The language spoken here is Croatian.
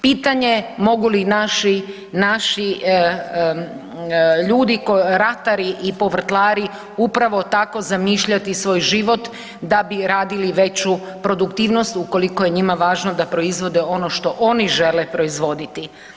Pitanje je mogu li naši, naši ljudi ratari i povrtlari upravo tako zamišljati svoj život da bi radili veću produktivnost ukoliko je njima važno da proizvode ono što oni žele proizvoditi?